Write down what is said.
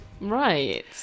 Right